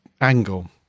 angle